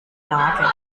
lage